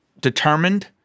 determined